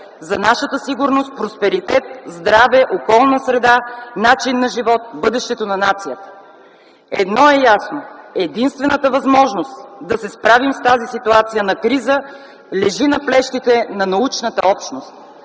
за нашата сигурност, просперитет, здраве, околна среда, начин на живот, бъдещето на нацията. Едно е ясно – единствената възможност да се справим с тази ситуация на криза лежи на плещите на научната общност.”